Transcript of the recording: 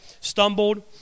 stumbled